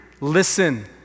listen